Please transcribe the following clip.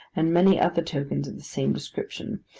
and many other tokens of the same description,